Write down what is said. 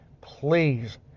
please